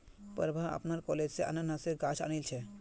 प्रभा अपनार कॉलेज स अनन्नासेर गाछ आनिल छ